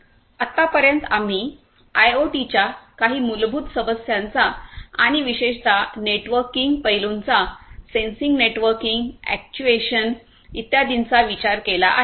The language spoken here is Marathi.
आतापर्यंत आम्ही आयओटीच्या काही मूलभूत समस्यांचा आणि विशेषत नेटवर्किंग पैलूंचासेन्सिंग नेटवर्किंग अॅक्ट्युएशन इत्यादींचा विचार केला आहे